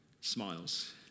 smiles